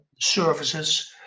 services